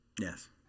Yes